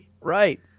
Right